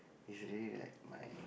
is really like my